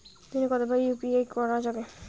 দিনে কতবার ইউ.পি.আই করা যাবে?